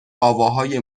آواهای